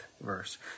verse